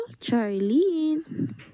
charlene